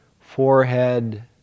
forehead